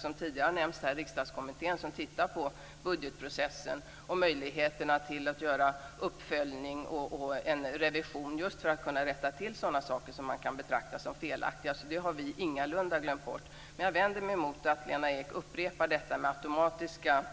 Som tidigare har nämnts här har vi Riksdagskommittén som tittar på budgetprocessen och möjligheterna att göra uppföljning och revision just för att rätta till sådana saker som kan betraktas som felaktiga, så det har vi ingalunda glömt bort. Men jag vänder mig emot att Lena Ek upprepar detta med automatiska